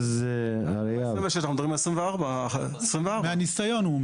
אנחנו מדברים על 3 בינואר 2024. עד